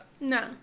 No